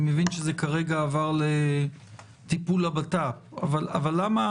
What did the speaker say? אני מבין שכרגע זה עבר לטיפול הבט"פ, אבל למה?